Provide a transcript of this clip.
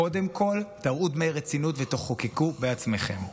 קודם כול תראו דמי רצינות ותחוקקו בעצמכם.